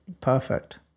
Perfect